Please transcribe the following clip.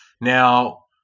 Now